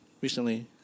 recently